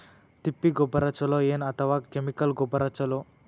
ತಿಪ್ಪಿ ಗೊಬ್ಬರ ಛಲೋ ಏನ್ ಅಥವಾ ಕೆಮಿಕಲ್ ಗೊಬ್ಬರ ಛಲೋ?